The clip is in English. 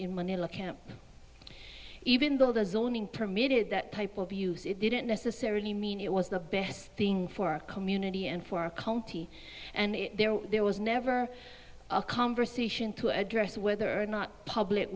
in manila can't even though the zoning permitted that type of use it didn't necessarily mean it was the best thing for our community and for our county and there was never a conversation to address whether or not public